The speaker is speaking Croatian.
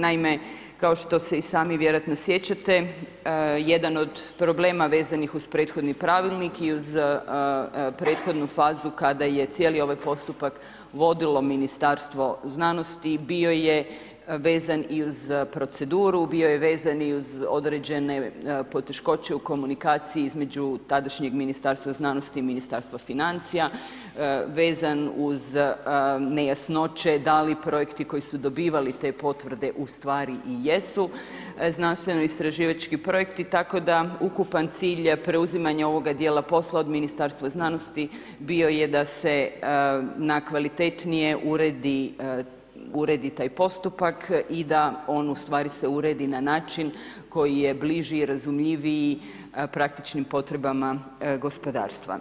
Naime, kao što se i sami vjerojatno sjećate jedan od problema vezanih uz prethodni pravilnik i uz prethodnu fazu kada je cijeli ovaj postupak vodilo Ministarstvo znanosti bio je vezan i uz proceduru, bio je vezan i uz određene poteškoće u komunikaciji između tadašnjeg Ministarstva znanosti i Ministarstva financija, vezan uz nejasnoće da li projekti koji su dobivali te potvrde ustvari i jesu znanstveno-istraživački projekti, tako da ukupan cilj preuzimanja ovog dijela posla od Ministarstva znanosti bio je da se na kvalitetnije uredi taj postupak i da on se uredi na način koji je bliži, razumljiviji praktičnim potrebama gospodarstva.